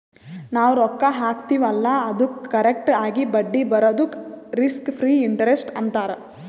ನಾವ್ ರೊಕ್ಕಾ ಹಾಕ್ತಿವ್ ಅಲ್ಲಾ ಅದ್ದುಕ್ ಕರೆಕ್ಟ್ ಆಗಿ ಬಡ್ಡಿ ಬರದುಕ್ ರಿಸ್ಕ್ ಫ್ರೀ ಇಂಟರೆಸ್ಟ್ ಅಂತಾರ್